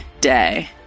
day